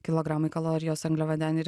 kilogramai kalorijos angliavandeniai ir